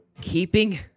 keeping